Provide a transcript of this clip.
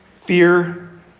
Fear